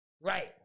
right